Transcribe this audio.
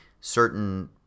certain